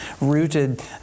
rooted